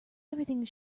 everything